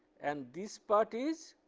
and this part is